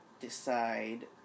decide